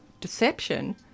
deception